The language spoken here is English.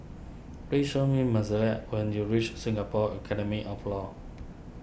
please show me Mozelle when you reach Singapore Academy of Law